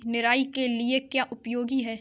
निराई के लिए क्या उपयोगी है?